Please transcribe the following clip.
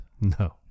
No